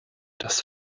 das